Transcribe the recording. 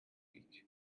week